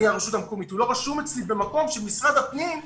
אני, הרשות המקומית, במקום שמשרד הפנים השתמש,